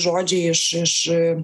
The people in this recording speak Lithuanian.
žodžiai iš iš